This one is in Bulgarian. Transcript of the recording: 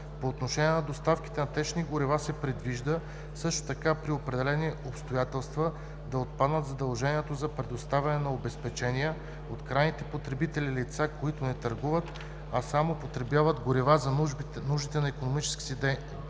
По отношение на доставките на течни горива се предвижда също така при определени обстоятелства да отпада задължението за предоставяне на обезпечения от крайните потребители – лица, които не търгуват, а само потребяват горива за нуждите на икономическата си дейност.